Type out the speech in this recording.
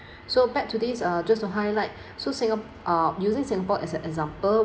so back to these uh just to highlight so singa~ uh using singapore as an example